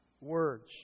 words